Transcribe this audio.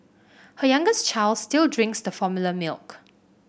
her youngest child still drinks the formula milk